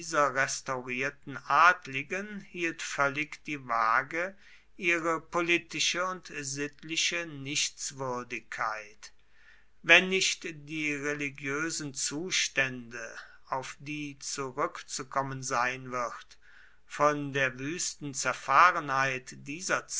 restaurierten adligen hielt völlig die waage ihre politische und sittliche nichtswürdigkeit wenn nicht die religiösen zustände auf die zurückzukommen sein wird von der wüsten zerfahrenheit dieser